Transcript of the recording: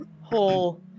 whole